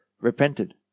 repented